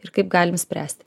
ir kaip galim spręst